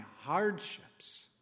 hardships